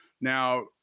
Now